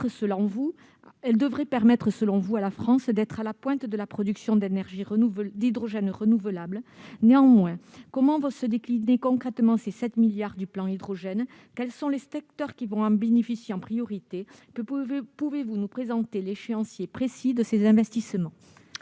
permettre à la France d'être à la pointe de la production d'hydrogène renouvelable. Néanmoins, comment vont se décliner concrètement les 7 milliards d'euros du plan hydrogène ? Quels secteurs vont en bénéficier en priorité ? Pouvez-vous nous présenter l'échéancier précis de ces investissements ?